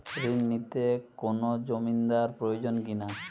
ঋণ নিতে কোনো জমিন্দার প্রয়োজন কি না?